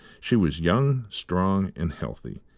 she was young, strong and healthy,